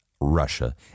Russia